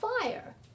fire